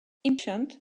impatient